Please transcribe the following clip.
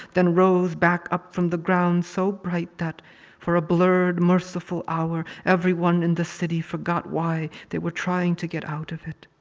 then rose back up from the ground so bright, that for a blurred merciful hour, everyone in the city forgot why they were trying to get out of it.